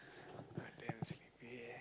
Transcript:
I damn sleepy eh